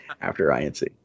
after-INC